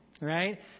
right